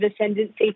ascendancy